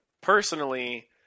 personally